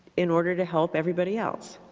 in order to help everybody else.